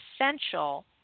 essential